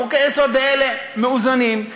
חוקי-היסוד האלה מאוזנים,